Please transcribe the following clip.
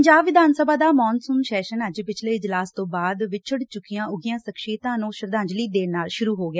ਪੰਜਾਬ ਵਿਧਾਨ ਸਭਾ ਦਾ monsoon session ਅੱਜ ਪਿਛਲੇ ਇਜਲਾਸ ਤੋਂ ਬਾਅਦ ਵਿਛਤ ਚੁੱਕੀਆਂ ਉੱਘੀਆਂ ਸ਼ਖਸੀਅਤਾਂ ਨੰ ਸ਼ਰਧਾਂਜਲੀ ਦੇਣ ਨਾਲ ਸ਼ਰ ਹੋ ਗਿਆ